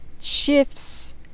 shifts